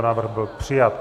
Návrh byl přijat.